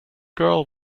girl